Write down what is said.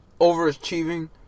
overachieving